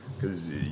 Cause